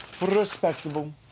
Respectable